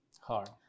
hard